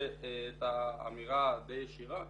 את האמירה הדיי ישירה,